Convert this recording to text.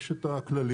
יש את הכללים,